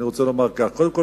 קודם כול,